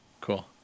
cool